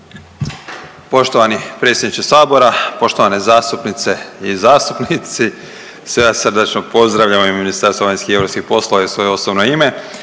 Poštovani predsjedniče Sabora, poštovane zastupnice i zastupnici sve vas srdačno pozdravljam u ime Ministarstva vanjskih i europskih poslova i u svoje osobno ime.